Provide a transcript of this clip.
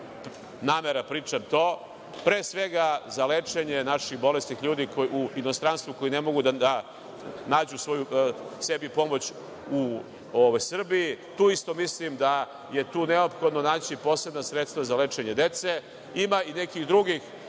namera pričam to, pre svega, za lečenje naših bolesnih ljudi u inostranstvu koji ne mogu da nađu sebi pomoć u Srbiji. Isto mislim da je tu neophodno naći posebna sredstva za lečenje dece. Ima i nekih drugih